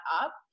up